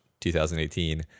2018